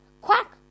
Quack